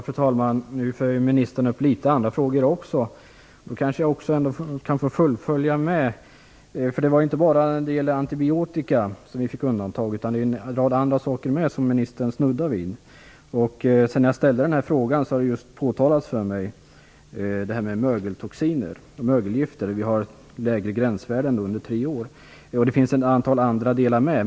Fru talman! Ministern tar nu upp också litet andra frågor, och jag kan då kanske få göra en komplettering. Vi fick undantag inte bara för antibiotika utan också på en rad andra punkter, vilket ministern snuddade vid. Sedan jag ställde min fråga har man för mig pekat på frågan om mögeltoxiner, där vi har lägre gränsvärden under tre år. Det finns också ett antal andra sådana områden.